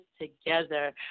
together